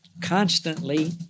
constantly